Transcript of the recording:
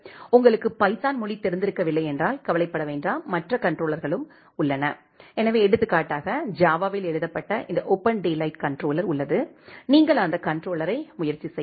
உங்களுக்கு பைதான் மொழி தெரிந்திருக்கவில்லை என்றால் கவலைப்பட வேண்டாம் மற்ற கண்ட்ரோலர்களும் உள்ளன எனவே எடுத்துக்காட்டாக ஜாவாவில் எழுதப்பட்ட இந்த ஓபன் டேலைட் கண்ட்ரோலர் உள்ளது நீங்கள் அந்த கண்ட்ரோலரை முயற்சி செய்யலாம்